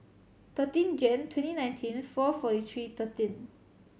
thirteen Jane twenty nineteen four forty three thirteen